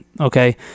Okay